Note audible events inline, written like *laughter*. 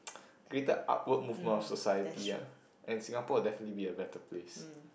*noise* greater artwork movement of our society ah and Singapore will definitely be a better place